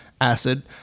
acid